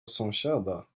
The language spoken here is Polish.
sąsiada